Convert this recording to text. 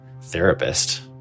therapist